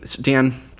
Dan